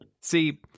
See